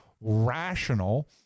rational